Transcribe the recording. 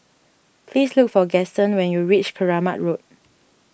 please look for Gaston when you reach Keramat Road